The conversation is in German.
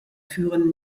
führen